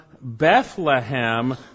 Bethlehem